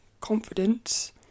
confidence